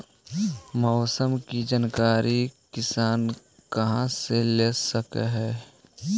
मौसम के जानकारी किसान कहा से ले सकै है?